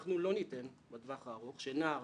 אנחנו לא ניתן בטווח הארוך שנער